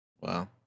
Wow